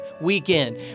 weekend